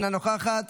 אינה נוכחת.